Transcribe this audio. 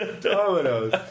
Dominoes